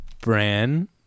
Bran